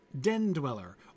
den-dweller